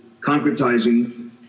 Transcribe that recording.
concretizing